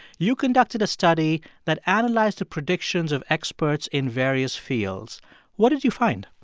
you conducted a study that analyzed the predictions of experts in various fields what did you find?